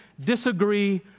disagree